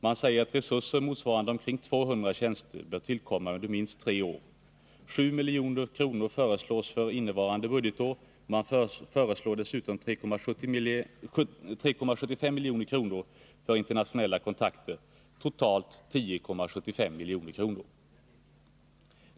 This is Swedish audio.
Man säger att resurser motsvarande omkring 200 tjänster bör tillkomma under minst tre år. 7 milj.kr. föreslås för innevarande budgetår. Man föreslår dessutom 3,75 milj.kr. för internationella kontakter, dvs. totalt 10,75 milj.kr.